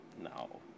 No